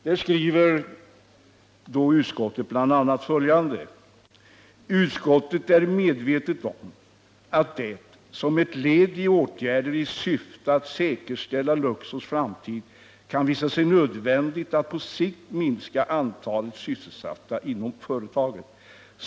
Utskottet skriver bl.a. följande: ”Utskottet är medvetet om att det — som ett led i åtgärder i syfte att säkerställa Luxors framtid — kan visa sig nödvändigt att på sikt minska antalet sysselsatta inom företaget.